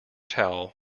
towel